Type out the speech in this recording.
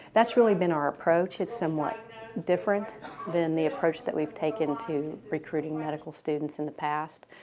that's really been our approach is somewhat different than the approach that we have taken to recruiting medical students in the past,